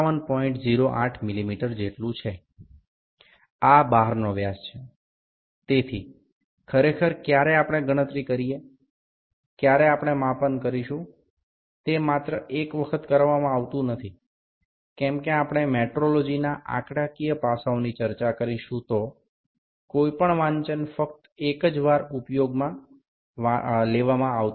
অর্থাৎ প্রকৃতপক্ষে যখন আমরা পরিমাপগুলি করি যখন হিসাবগুলি করি এটি কেবল একবারই করা হয় না কারণ আমরা মেট্রোলজির পরিসংখ্যানগত দিকগুলি নিয়ে যখন আলোচনা করব যে কোনও পাঠ কেবল একবারই নেওয়া হয় না